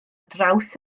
draws